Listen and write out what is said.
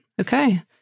Okay